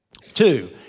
Two